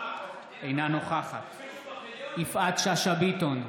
אינה נוכחת יפעת שאשא ביטון,